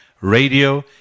radio